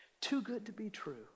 too-good-to-be-true